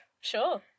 Sure